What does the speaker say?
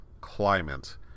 climate